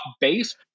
base